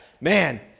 man